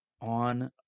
on